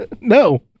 No